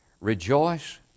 Rejoice